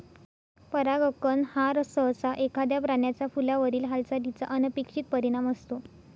परागकण हा सहसा एखाद्या प्राण्याचा फुलावरील हालचालीचा अनपेक्षित परिणाम असतो